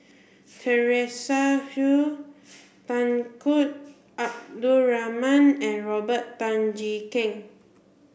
Teresa Hsu Tunku Abdul Rahman and Robert Tan Jee Keng